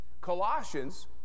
Colossians